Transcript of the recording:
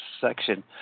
section